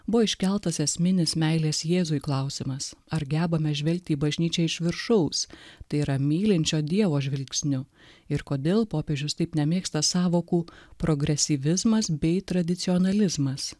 buvo iškeltas esminis meilės jėzui klausimas ar gebame žvelgti į bažnyčią iš viršaus tai yra mylinčio dievo žvilgsniu ir kodėl popiežius taip nemėgsta sąvokų progresyvizmas bei tradicionalizmas